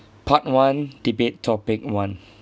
part one debate topic one